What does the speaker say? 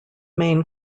main